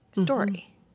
story